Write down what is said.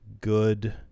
good